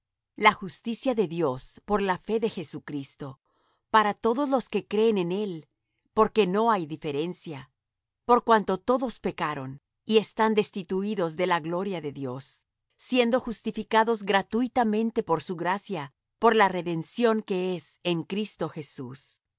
la justicia de dios por la fe de jesucristo para todos los que creen en él porque no hay diferencia por cuanto todos pecaron y están distituídos de la gloria de dios siendo justificados gratuitamente por su gracia por la redención que es en cristo jesús